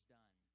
done